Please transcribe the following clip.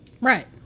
Right